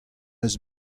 eus